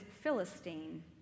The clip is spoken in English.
Philistine